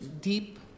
deep